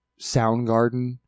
Soundgarden